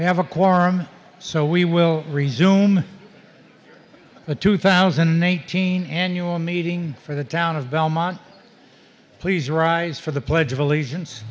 we have a quorum so we will resume the two thousand and nineteen annual meeting for the town of belmont please rise for the pledge of allegiance